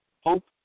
Hope